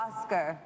Oscar